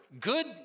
good